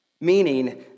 Meaning